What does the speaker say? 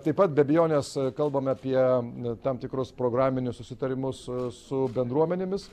taip pat be abejonės kalbame apie tam tikrus programinius susitarimus su bendruomenėmis